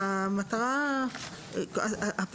כן.